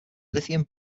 lithium